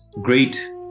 great